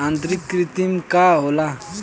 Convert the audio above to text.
आंतरिक कृमि का होला?